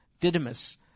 Didymus